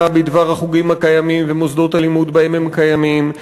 בדבר החוגים הקיימים ומוסדות הלימוד שבהם הם קיימים,